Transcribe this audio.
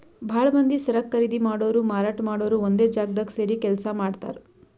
ಭಾಳ್ ಮಂದಿ ಸರಕ್ ಖರೀದಿ ಮಾಡೋರು ಮಾರಾಟ್ ಮಾಡೋರು ಒಂದೇ ಜಾಗ್ದಾಗ್ ಸೇರಿ ಕೆಲ್ಸ ಮಾಡ್ತಾರ್